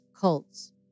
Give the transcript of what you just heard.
cults